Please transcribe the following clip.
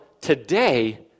today